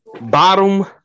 bottom